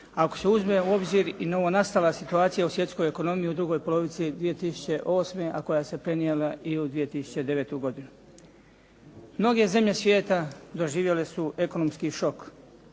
ako se uzme u obzir i novonastala situacija u svjetskoj ekonomiji u drugoj polovici 2008. a koja se prenijela i u 2009. godinu. Mnoge zemlje svijeta doživjele su ekonomski šok,